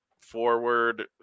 forward